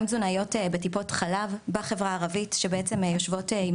גם תזונאיות בטיפות חלב בחברה הערבית שיושבות עם